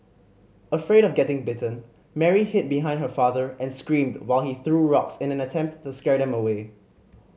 afraid of getting bitten Mary hid behind her father and screamed while he threw rocks in an attempt to scare them away